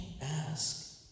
ask